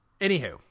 anywho